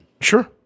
Sure